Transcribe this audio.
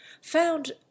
found